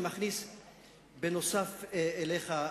אני מכניס נוסף עליך,